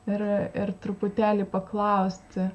ir ir truputėlį paklausti